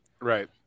Right